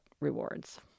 rewards